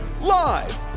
Live